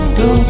go